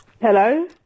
Hello